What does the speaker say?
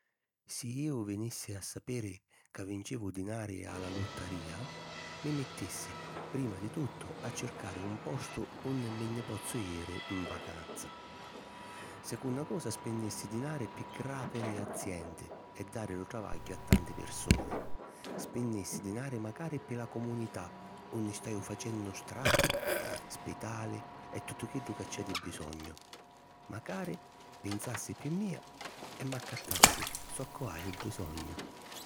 Si iu vinissi a sapiri ca vincivu dinari a la lutterìa, mi mittissi, prima di tuttu, a circari un postu unni mi nni pozzu jiri in vacanza. Secunna cosa spinnissi dinari pi gràpiri aziendi e dari lu travagghiu a tanti pirsuni. Spinnissi dinari macari pi la comunità unni staju facennu strati, spitali, e tuttu chiddu chi c’è di bisognu. Macari pinsassi pi mia e m’accattassi zoccu haju bisognu.